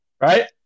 right